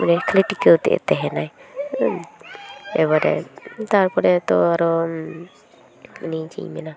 ᱠᱷᱟᱹᱞᱤ ᱴᱤᱠᱟᱹᱣ ᱛᱮᱫᱮ ᱛᱟᱦᱮᱱᱟᱭ ᱦᱮᱸ ᱮᱵᱟᱨᱮ ᱛᱟᱨᱯᱚᱨᱮ ᱛᱚ ᱟᱨᱚ ᱪᱮᱫ ᱤᱧ ᱢᱮᱱᱟ